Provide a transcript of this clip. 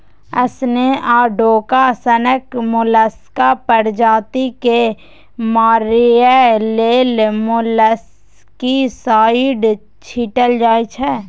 snail आ डोका सनक मोलस्का प्रजाति केँ मारय लेल मोलस्कीसाइड छीटल जाइ छै